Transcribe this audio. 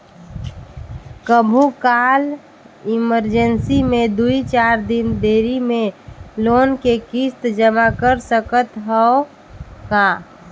कभू काल इमरजेंसी मे दुई चार दिन देरी मे लोन के किस्त जमा कर सकत हवं का?